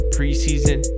Preseason